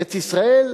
ארץ-ישראל,